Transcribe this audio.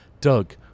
Doug